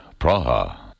Praha